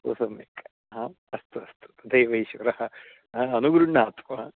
बहु सम्यक् अस्तु अस्तु दैवेश्वरः अनुगृह्णातु